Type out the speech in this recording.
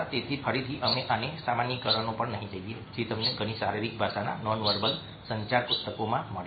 તેથી ફરીથી અમે આને સામાન્યીકરણો પર નહીં જઈએ જે તમને ઘણી શારીરિક ભાષાના નોનવેર્બલ સંચાર પુસ્તકોમાં મળે છે